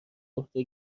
عهده